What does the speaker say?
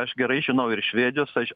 aš gerai žinau ir švedijos aš